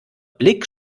blick